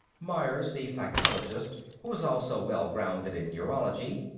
myers, the psychologist, who was also well grounded in neurology,